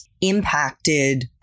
impacted